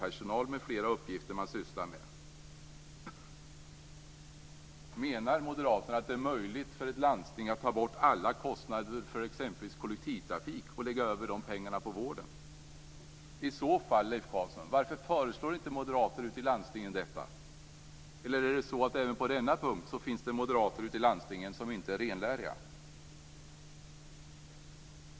Eller menar Menar Moderaterna att det är möjligt för ett landsting att ta bort alla kostnader för exempelvis kollektivtrafik och lägga över de pengarna på vården? Varför föreslår inte moderater ute i landstingen i så fall detta? Eller är det så att det även på denna punkt finns moderater ute i landstingen som inte är renläriga?